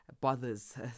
bothers